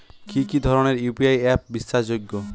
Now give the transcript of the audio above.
কি কি ধরনের ইউ.পি.আই অ্যাপ বিশ্বাসযোগ্য?